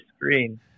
screen